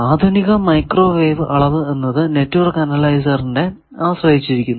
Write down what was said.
ആധുനിക മൈക്രോവേവ് അളവ് എന്നത് നെറ്റ്വർക്ക് അനലൈസറിനെ ആശ്രയിച്ചിരിക്കുന്നു